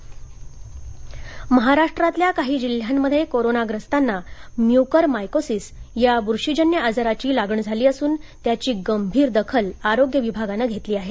Mucor महाराष्ट्रातल्या काही जिल्ह्यांमध्ये कोरोनाग्रस्ताना म्युकरमायकोसीस या बुरशीजन्य आजाराची लागण झाली असून त्याची गंभीर दखल आरोग्य विभागानं घेतली आहे